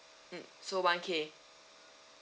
mm so one K